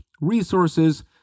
resources